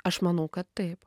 aš manau kad taip